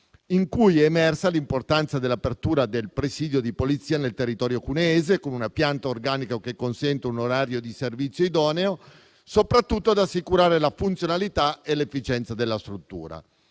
in cui è emersa l'importanza dell'apertura del presidio di polizia nel territorio cuneese, con una pianta organica che consenta un orario di servizio idoneo soprattutto ad assicurare la funzionalità e l'efficienza della struttura.